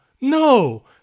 no